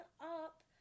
up